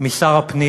משר הפנים